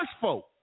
folk